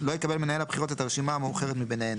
- לא יקבל מנהל הבחירות את הרשימה המאוחרת ביניהן,